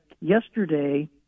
Yesterday